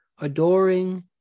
adoring